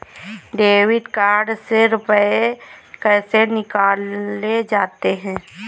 Debit card से रुपये कैसे निकाले जाते हैं?